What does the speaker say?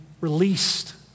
released